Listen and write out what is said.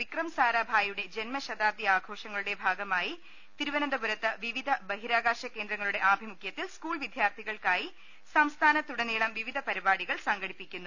വിക്രം സാരാഭായുടെ ജന്മശതാബ്ദി ആഘോഷങ്ങളുടെ ഭാഗമായി തിരു വനന്തപൂരത്ത് വിവിധ ബഹിരാകാശ കേന്ദ്രങ്ങളുടെ ആഭിമുഖ്യ ത്തിൽ സ്കൂൾ വിദ്യാർത്ഥികൾക്കായി സംസ്ഥാനത്തുടനീളം വിവിധ പരിപാടികൾ സംഘടിപ്പിക്കുന്നു